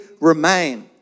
remain